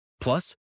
Plus